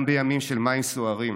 גם בימים של מים סוערים